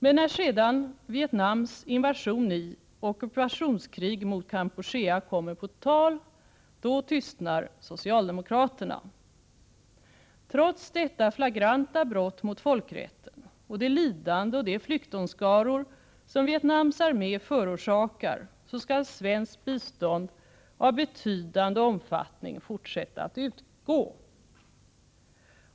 Men när sedan Vietnams invasion i och ockupationskrig mot Kampuchea kommer på tal, då tystnar socialdemokraterna. Trots detta flagranta brott mot folkrätten och det lidande och de flyktingskaror som Vietnams armé förorsakar, skall svenskt bistånd av betydande omfattning fortsätta att utgå.